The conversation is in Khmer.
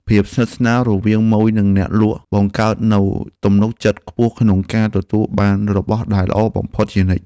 ភាពស្និទ្ធស្នាលរវាងម៉ូយនិងអ្នកលក់បង្កើតនូវទំនុកចិត្តខ្ពស់ក្នុងការទទួលបានរបស់ដែលល្អបំផុតជានិច្ច។